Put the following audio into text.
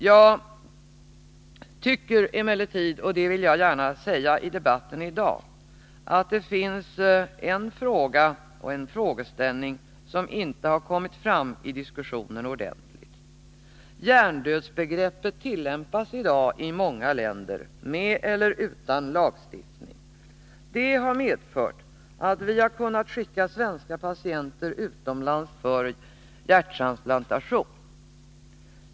Jag tycker emellertid — och det vill jag gärna säga i debatten i dag — att det finns en fråga och en frågeställning som inte har kommit fram ordentligt i diskussionen. Hjärndödsbegreppet tillämpas i dag, med eller utan lagstiftning, i många länder. Det har medfört att vi har kunnat skicka svenska patienter utomlands för hjärttransplantation.